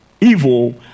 evil